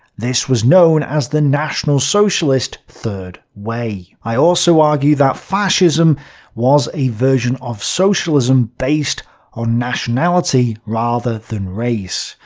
this was known as the national socialist third way. i also argue that fascism was a version of socialism based on nationality rather than race,